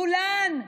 כולן.